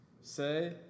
Say